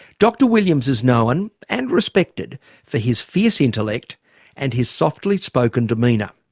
dr williams is known and respected for his fierce intellect and his softly spoken demeanour.